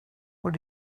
what